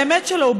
באמת שלא.